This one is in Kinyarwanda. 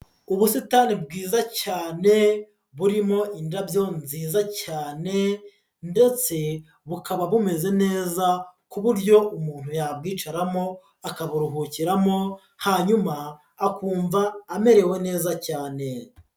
Ubusitani bwiza cyane burimo indabyo nziza cyane ndetse bukaba bumeze neza ku buryo umuntu yabwicaramo akaburuhukiramo, hanyuma akumva amerewe neza cyane.